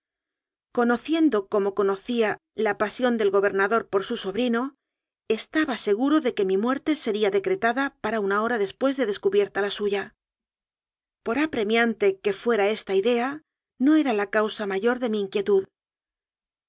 conociendo como conocía la pasión del gobernador por su sobrino estaba seguro de que mi muerte sería decretada para una hora después de descubierta la suya por apremiante que fuera esta idea no era la causa mayor de mi inquietud